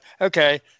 okay